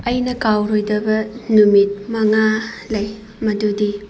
ꯑꯩꯅ ꯀꯥꯎꯔꯣꯏꯗꯕ ꯅꯨꯃꯤꯠ ꯃꯉꯥ ꯂꯩ ꯃꯗꯨꯗꯤ